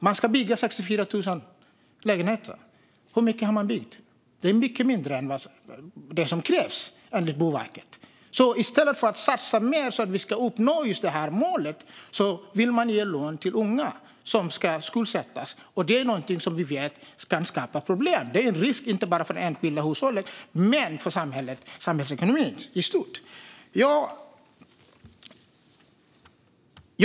Man ska bygga 64 000 lägenheter. Hur mycket har man byggt? Det är mycket färre än vad som krävs, enligt Boverket. I stället för att satsa mer för att uppnå just det här målet vill man ge lån till unga som ska skuldsättas. Det är någonting som vi vet kan skapa problem. Det är en risk inte bara för enskilda hushåll utan också för samhällsekonomin i stort.